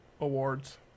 awards